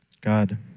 God